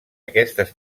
aquestes